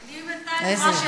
אני בינתיים רואה שיש רק לילה.